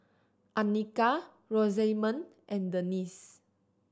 Annika Rosamond and Denice